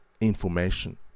information